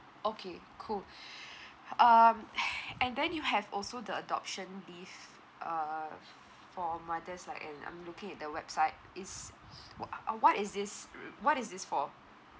okay cool um and then you have also the adoption leave uh for mothers like and I'm looking at the website is what uh what is this what is this for